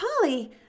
Polly